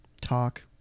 talk